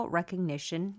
Recognition